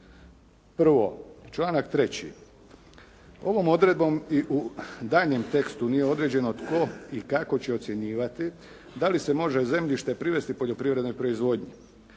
Prvo, članak 3. ovom odredbom i u daljnjem tekstu nije određeno tko i kako će ocjenjivati dali se može zemljište privesti poljoprivrednoj proizvodnji.